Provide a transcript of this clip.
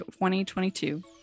2022